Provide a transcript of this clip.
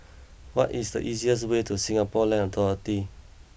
what is the easiest way to Singapore Land Authority